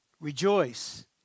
Rejoice